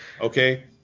Okay